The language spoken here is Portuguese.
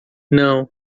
não